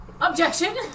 Objection